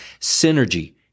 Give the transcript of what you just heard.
synergy